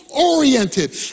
Oriented